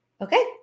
Okay